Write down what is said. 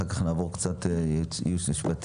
לאחר מכן נעבור לשמוע את הייעוץ המשפטי,